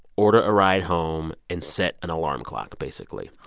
order a ride home and set an alarm clock, basically.